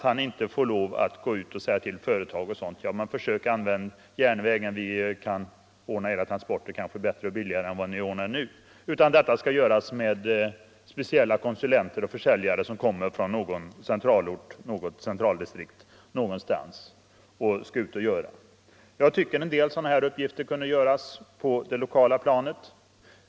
Han får inte gå ut till företag och säga att SJ kan ordna deras transporter kanske bättre och billigare än de nu är ordnade. Detta skall göras av speciella konsulenter och försäljare i någon centralort i något centraldistrikt någonstans. En del sådana här uppgifter kunde utföras på det lokala planet.